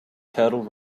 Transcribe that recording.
turtle